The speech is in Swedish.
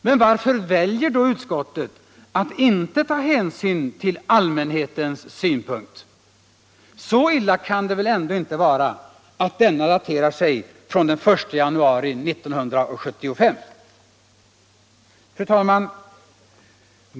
Men varför väljer då utskottet att inte ta hänsyn till allmänhetens synpunkt? Så illa kan det väl ändå inte vara att denna daterar sig från den 1 januari 1975? Fru talman!